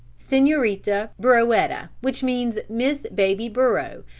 senorita burroetta, which means miss baby buro,